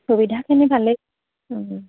সুবিধাখিনি ভালেই